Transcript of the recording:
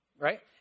right